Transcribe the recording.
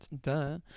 duh